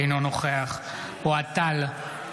אינו נוכח אוהד טל,